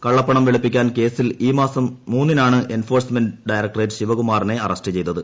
കള്ളപ്പണം വെളുപ്പിക്കൽ കേസിൽ ഈ മാസം മൂന്നിനാണ് എൻഫോഴ്സ്മെന്റ ഡയറക്ടറേറ്റ് ശിവകുമാറിനെ അറസ്റ്റ് ചെയ്തത്